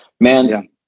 man